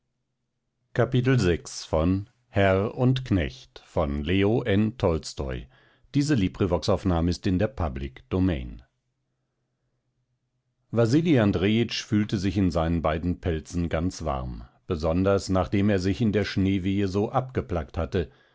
wasili andrejitsch fühlte sich in seinen beiden pelzen ganz warm besonders nachdem er sich in der schneewehe so abgeplackt hatte